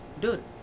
Dude